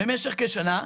במשך כשנה.